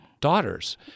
daughters